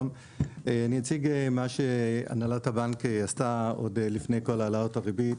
אני אציג מה שהנהלת הבנק עשתה עוד לפני כל העלאות הריבית.